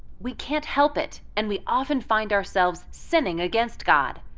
we can't help it, and we often find ourselves sinning against god.